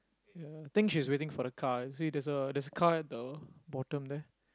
ya think she's waiting for the car see there's a there's a car at the bottom there